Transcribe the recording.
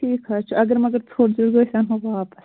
ٹھیٖک حظ چھُ اَگر مگر ژھوٚٹ زیوٗٹھ گژھِ یہِ اَنہو واپَس